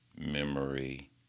memory